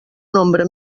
nombre